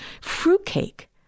fruitcake